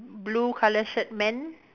blue colour shirt man